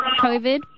COVID